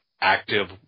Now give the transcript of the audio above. active